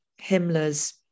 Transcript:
Himmler's